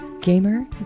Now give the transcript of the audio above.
Gamer